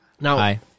Now